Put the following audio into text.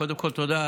קודם כול תודה,